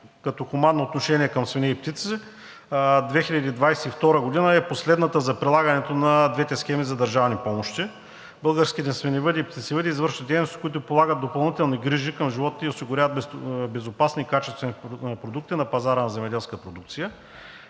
Като хуманно отношение към свине и птици 2022 г. е последната за прилагането на двете схеми за държавни помощи. Българските свиневъди и птицевъди извършват дейности, с които полагат допълнителни грижи към животните и осигуряват безопасни и качествени продукти на пазара на земеделска продукция.